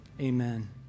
Amen